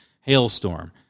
Hailstorm